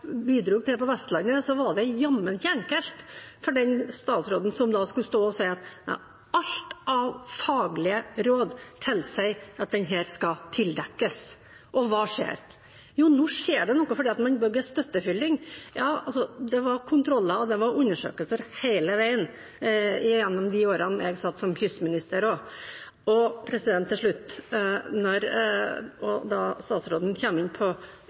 bidro til på Vestlandet, var det jammen ikke enkelt for den statsråden som skulle stå og si at alt av faglige råd tilsa at ubåtvraket skulle tildekkes. Hva skjer? Jo, nå skjer det noe fordi man bygger en støttefylling. Det var kontroller, det var undersøkelser hele veien i de årene jeg satt som kystminister. Til slutt: Statsråden kom inn på E6 på Helgeland – jeg er helgelending, som noen kanskje vil høre – og påsto at nå blir det brukt mer penger enn Arbeiderparti-lagene på